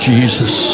Jesus